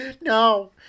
No